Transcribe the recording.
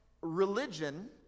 Religion